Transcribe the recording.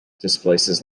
displaces